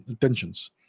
tensions